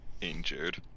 injured